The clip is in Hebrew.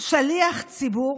שליח ציבור